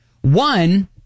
One